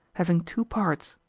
having two parts,